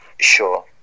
Sure